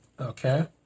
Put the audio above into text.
Okay